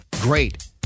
Great